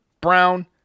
Brown